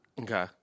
Okay